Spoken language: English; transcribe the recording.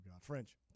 French